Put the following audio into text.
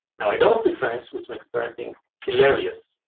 now, i don't speak french, which makes parenting hilarious.